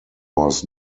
was